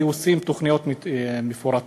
כי עושים תוכניות מפורטות,